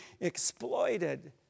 exploited